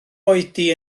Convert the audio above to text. oedi